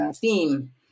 theme